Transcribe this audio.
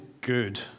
good